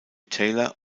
taylor